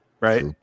right